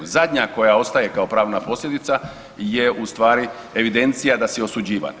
Zadnja koja ostaje kao pravna posljedica je ustvari evidencija da si osuđivan.